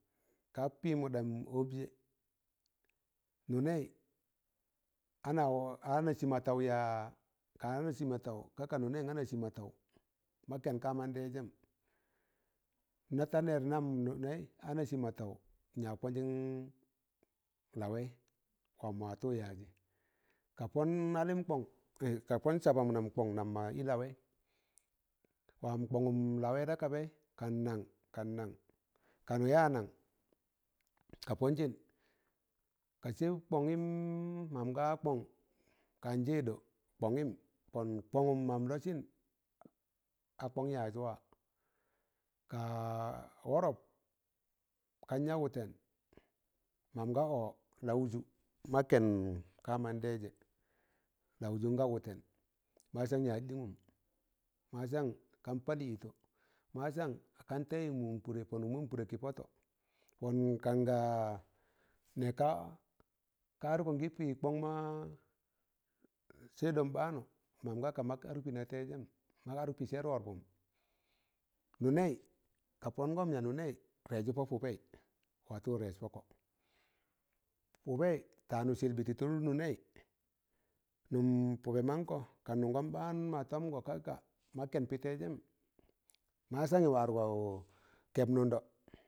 Ka pịmọ ɗam ọbjẹ nụnẹị ana sịmatọụ ya? ka ana sịmọtaụ ka ka nụnẹị a ana sịmọtaụ, mọk kẹn kamọndejẹm. Na ta nẹr nan nụnẹị a ana sịmọtọụ n'yag pọnjịn lawẹị, wam mọ watu yajị, ka pọn halim kong ka pon sabam nam kọng nam ma ị lawẹị, wam kọngum lawẹị da kabẹị kan nan, kan nan? kanu ya nan ka pọnjịn, ka sẹb kọngịm mam ga kọng kangịɗọ, kọngịm, pọn kọngum mam lọsịn a kong yaz wa, kaa wọrọp kan ya wụtẹn, mam ga ọ laụ jụ makkẹn kạa mandaịzẹ, laụ jụn nga wụtẹn. masọn yaz ɗịnụm, masan kan palị ịtọ, masan kan tayị mụm kụdẹ pọnụk mụm kụdẹ ne kị pọtọ, pọn kan ga nẹg ka, ka arkọn gị pị kọng ma sa'ịdọm baanụ mam ga ka mọk adụk pị na taịzẹm, mọk arụk pị sẹr wọrpụm, nunẹị ka pọngọm ya?nunei rẹịzi pọ pụbẹị watu rẹiẓ pọkọ, pụbẹị taanụ sịlbị tị tụl nụnẹị, nụm pụbe manko kạ nụngọn baan ma tomgo ka ka mag ken pitaịzẹm masọnị wa argọ kẹb nụndọ.